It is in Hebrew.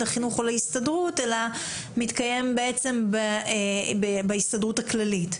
החינוך או להסתדרות אלא מתקיים בעצם בהסתדרות הכללית,